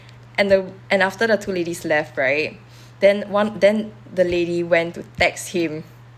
and the and after the two ladies left right then one then the lady went to text him